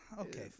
okay